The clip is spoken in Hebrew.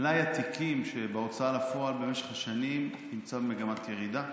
מלאי התיקים שבהוצאה לפועל במשך השנים נמצא במגמת ירידה: